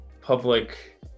public